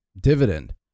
dividend